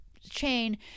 chain